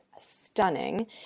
stunning